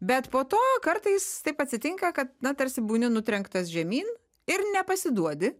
bet po to kartais taip atsitinka kad na tarsi būni nutrenktas žemyn ir nepasiduodi